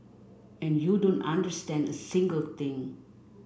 and you don't understand a single thing